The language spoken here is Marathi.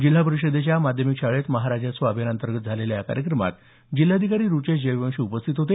जिल्हा परिषदेच्या माध्यमिक शाळेत महाराजस्व अभियानांतर्गत झालेल्या या कार्यक्रमात जिल्हाधिकारी रुचेश जयवंशी उपस्थित होते